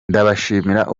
ndabashimira